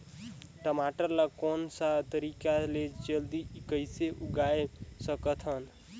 टमाटर ला कोन सा तरीका ले जल्दी कइसे उगाय सकथन?